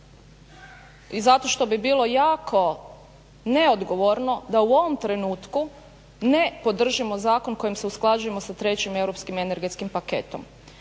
zato što bi bilo jako neodgovorno da u ovom trenutku ne podržimo zakon kojim se usklađujemo sa trećim europskim energetskim paketom.